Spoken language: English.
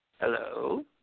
Hello